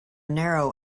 narrow